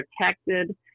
protected